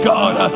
God